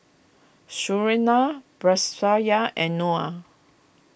Surinam Batrisya and Noh